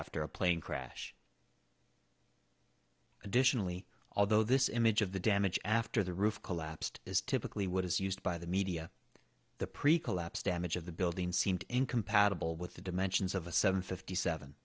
after a plane crash additionally although this image of the damage after the roof collapsed is typically what is used by the media the pre collapse damage of the building seemed incompatible with the dimensions of a seven fifty seven